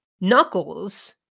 Knuckles